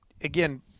again